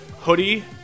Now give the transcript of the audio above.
hoodie